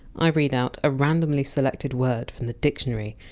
i read out a randomly selected word from the dictionary.